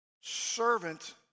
servant